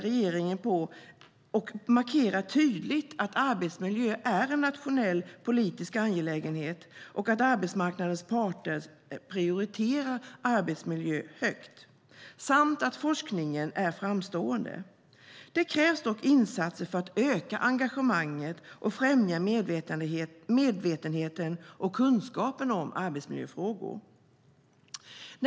Regeringen markerar också tydligt att arbetsmiljö är en nationell politisk angelägenhet och att arbetsmarknadens parter prioriterar arbetsmiljö högt, liksom att forskningen är framstående. Det krävs dock insatser för att öka engagemanget och främja medvetenheten och kunskapen om arbetsmiljöfrågor.